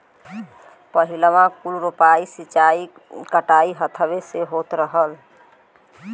पहिलवाँ कुल रोपाइ, सींचाई, कटाई हथवे से होत रहल